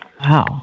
Wow